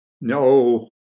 No